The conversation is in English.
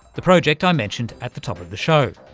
the project i mentioned at the top of the show.